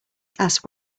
asked